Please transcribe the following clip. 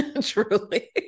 Truly